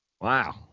Wow